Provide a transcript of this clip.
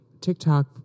TikTok